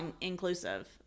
inclusive